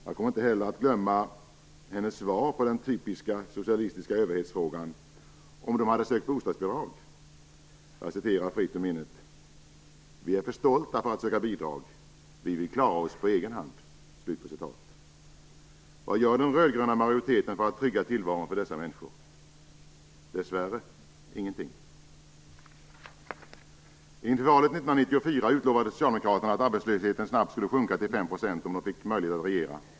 Jag kommer heller aldrig att glömma hennes svar på den typiska socialistiska överhetsfrågan om de hade sökt bostadsbidrag. Jag citerar fritt ur minnet: "Vi är för stolta att söka bidrag. Vi vill klara oss på egen hand." Vad gör den röd-gröna majoriteten för att trygga tillvaron för dessa människor? Dessvärre ingenting. Inför valet 1994 utlovade socialdemokraterna att arbetslösheten snabbt skulle sjunka till 5 % om de fick möjlighet att regera.